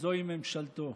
וזוהי ממשלתו,